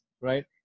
right